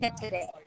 today